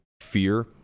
fear